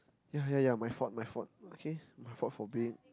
yea yea yea my fault my fault okay my fault for being